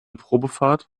probefahrt